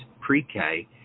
pre-K